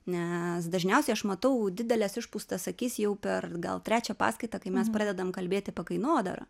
nes dažniausiai aš matau dideles išpūstas akis jau per gal trečią paskaitą kai mes pradedam kalbėti apie kainodarą